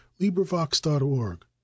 librivox.org